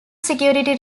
security